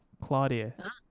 claudia